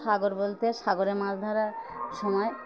সাগর বলতে সাগরে মাছ ধরার সময়